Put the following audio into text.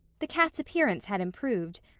the cat's appearance had improved.